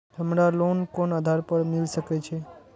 हमरा लोन कोन आधार पर मिल सके छे?